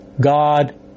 God